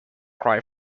cry